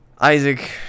Isaac